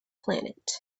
planet